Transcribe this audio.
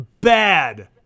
bad